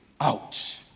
Ouch